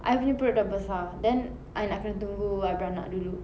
I punya perut dah besar then I nak kena tunggu I beranak dulu